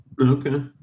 Okay